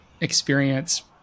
experience